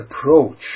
approach